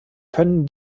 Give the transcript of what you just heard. können